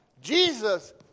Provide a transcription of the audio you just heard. Jesus